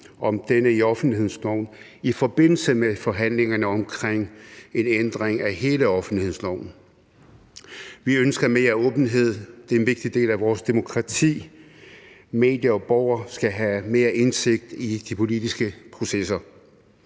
om denne i offentlighedsloven i forbindelse med forhandlingerne om en ændring af hele offentlighedsloven. Vi ønsker mere åbenhed. Det er en vigtig del af vores demokrati. Medier og borgere skal have mere indsigt i de politiske processer.